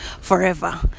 forever